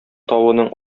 тавының